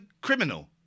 criminal